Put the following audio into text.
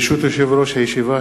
ברשות יושב-ראש הישיבה,